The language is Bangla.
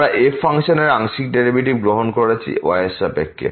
আমরা f ফাংশনের আংশিক ডেরিভেটিভ গ্রহণ করেছি yএর সাপেক্ষে